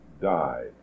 died